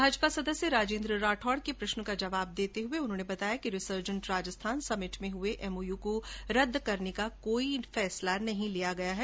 भाजपा सदस्य राजेंद्र राठौड़ के प्रष्न का जवाब देते हुए उन्होंने बताया कि रिसर्जेन्ट राजस्थान समिट में हये एमओयू को रद्द करने का कोई निर्णय नहीं लिया गया है